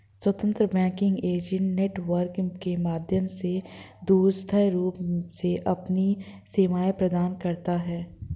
स्वतंत्र banking agent network के माध्यम से दूरस्थ रूप से अपनी सेवाएं प्रदान करता है